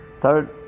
third